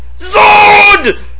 Zod